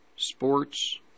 Sports